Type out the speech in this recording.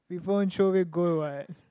people won't throw away gold what